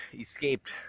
escaped